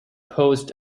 post